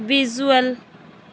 visual